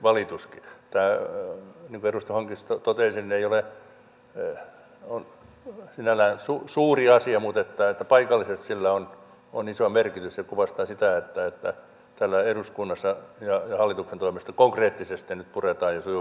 tämä niin kuin edustaja hongisto totesi ei ole sinällään suuri asia mutta paikallisesti sillä on iso merkitys ja se kuvastaa sitä että täällä eduskunnassa ja hallituksen toimesta konkreettisesti nyt puretaan ja sujuvoitetaan normeja